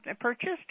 purchased